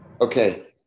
Okay